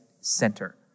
center